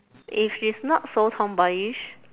if she's not so tomboyish